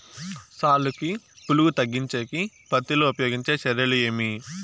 సాలుకి పులుగు తగ్గించేకి పత్తి లో ఉపయోగించే చర్యలు ఏమి?